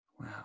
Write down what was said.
wow